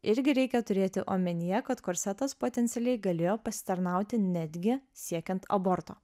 irgi reikia turėti omenyje kad korsetas potencialiai galėjo pasitarnauti netgi siekiant aborto